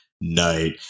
night